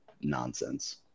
nonsense